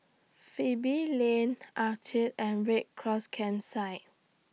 Pebble Lane Altez and Red Cross Campsite